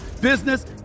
business